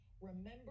remember